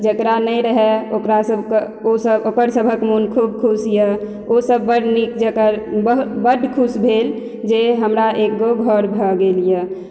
जकरा नहि रहय ओकरा सबके ओ सब ओकर सबहक मोन खुब खुश यऽ ओ सब बड़ नीक जकाँ बड़ खुश भेल जे हमरा एगो घर भऽ गेल यऽ